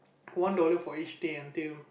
one dollar for each day until